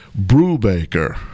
Brubaker